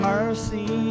Mercy